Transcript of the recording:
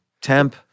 temp